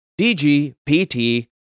DGPT